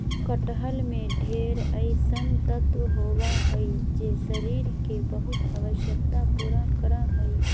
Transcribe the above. कटहल में ढेर अइसन तत्व होबा हइ जे शरीर के बहुत आवश्यकता पूरा करा हइ